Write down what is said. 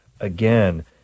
again